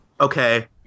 Okay